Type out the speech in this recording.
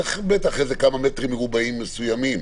צריך בטח איזה כמה מטרים מרובעים מסוימים.